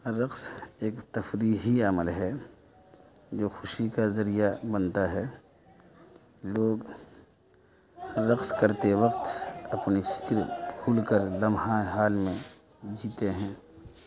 رقص ایک تفریحی عمل ہے جو خوشی کا ذریعہ بنتا ہے لوگ رقص کرتے وقت اپنی فکر کھل کر لمحہ حال میں جیتے ہیں